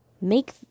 Make